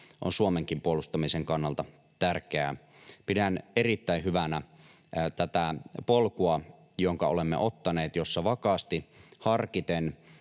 on Suomenkin puolustamisen kannalta tärkeä. Pidän erittäin hyvänä tätä polkua, jonka olemme ottaneet, jossa vakaasti harkiten